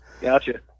Gotcha